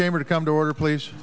chamber to come to order please